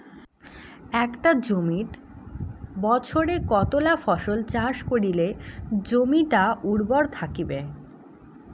একটা জমিত বছরে কতলা ফসল চাষ করিলে জমিটা উর্বর থাকিবে?